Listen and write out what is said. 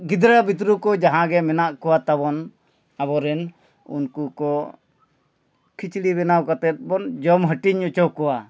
ᱜᱤᱫᱽᱨᱟᱹ ᱯᱤᱫᱽᱨᱟᱹ ᱠᱚ ᱡᱟᱦᱟᱸ ᱜᱮ ᱢᱮᱱᱟᱜ ᱠᱚᱣᱟ ᱛᱟᱵᱚᱱ ᱟᱵᱚᱨᱮᱱ ᱩᱱᱠᱩ ᱠᱚ ᱠᱷᱤᱪᱲᱤ ᱵᱮᱱᱟᱣ ᱠᱟᱛᱮ ᱵᱚᱱ ᱡᱚᱢ ᱦᱟᱹᱴᱤᱧ ᱚᱪᱚ ᱠᱚᱣᱟ